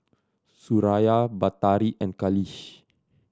Suraya Batari and Khalish